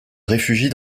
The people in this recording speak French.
réfugie